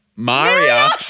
Maria